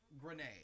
grenade